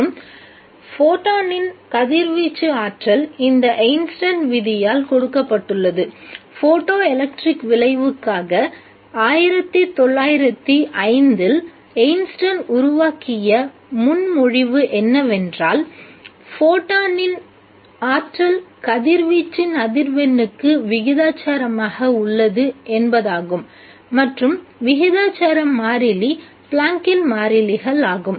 மற்றும் ஃபோட்டானின் கதிர்வீச்சு ஆற்றல் இந்த ஐன்ஸ்டீன் விதியால் கொடுக்கப்பட்டுள்ளது ஃபோட்டோஎலெக்ட்ரிக் விளைவுக்காக 1905 இல் ஐன்ஸ்டீன் உருவாக்கிய முன்மொழிவு என்னவென்றால் ஃபோட்டானின் ஆற்றல் கதிர்வீச்சின் அதிர்வெண்ணுக்கு விகிதாசாரமாக உள்ளது என்பதாகும் மற்றும் விகிதாசார மாறிலி பிளான்க்கின் Plancks மாறிலிகள் ஆகும்